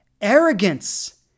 Arrogance